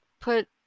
put